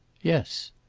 yes.